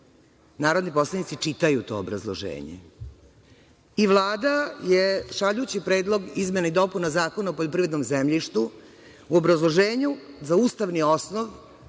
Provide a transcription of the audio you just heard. narodni poslanici čitaju to obrazloženje. Vlada je, šaljući Predlog izmena i dopuna Zakona o poljoprivrednom zemljištu, u obrazloženju za ustavni osnov